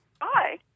Hi